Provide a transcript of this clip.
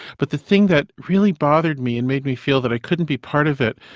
but the thing that really bothered me and made me feel that i couldn't be part of it,